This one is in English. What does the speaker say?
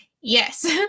Yes